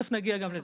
נגיע גם לזה.